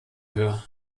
höher